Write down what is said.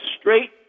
straight